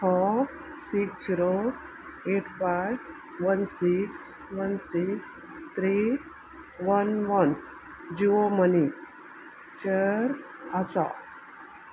हो six zero eight five one six one six three one one जिवो मनीचेर आसा